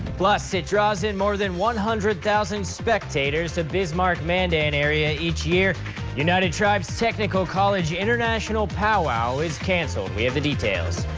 plus, it draws in more than one hundred thousand spectators to bismark-mandan and area each year united tribes technical college international powwow is cancelled. we have the details.